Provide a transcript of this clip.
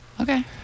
Okay